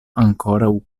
ankoraŭ